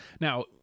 Now